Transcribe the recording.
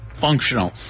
functional